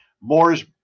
Moore's